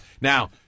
Now